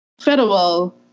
federal